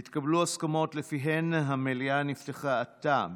התקבלו הסכמות שלפיהן המליאה נפתחה עתה,